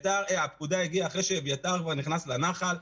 הפקודה הגיעה אחרי שאביתר כבר נכנס לנחל.